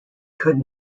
could